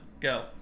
go